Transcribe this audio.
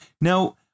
Now